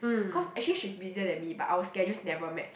cause actually she's busier than me but our schedules never matched